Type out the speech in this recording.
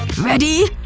ready?